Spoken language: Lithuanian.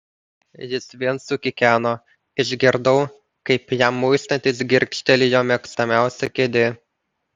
jis vėl sukikeno išgirdau kaip jam muistantis girgžteli jo mėgstamiausia kėdė